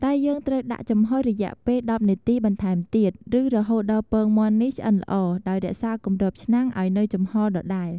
តែយើងត្រូវដាក់ចំហុយរយៈពេល១០នាទីបន្ថែមទៀត ឬរហូតដល់ពងមាន់នេះឆ្អិនល្អដោយរក្សាគម្របឆ្នាំងឲ្យនូវចំហរដដែល។